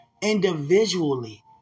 individually